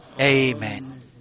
Amen